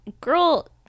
girl